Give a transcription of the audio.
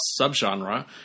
subgenre